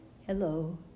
hello